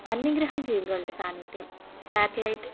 അന്യഗ്രഹജീവികളുടെ സാന്നിധ്യം സാറ്റ്ലൈറ്റ്